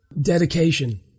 Dedication